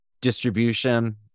distribution